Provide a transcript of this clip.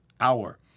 hour